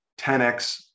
10X